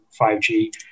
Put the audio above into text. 5G